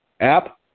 app